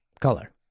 color